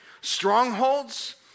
strongholds